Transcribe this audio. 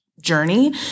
journey